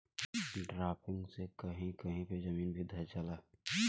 drafting से कही कही पे जमीन भी धंस जाला